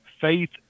faith